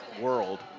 World